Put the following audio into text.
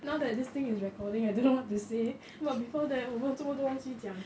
now that this thing is recording I don't know what to say but before that 我们这么多东西讲